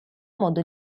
modo